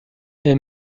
est